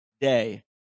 Day